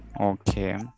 Okay